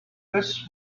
this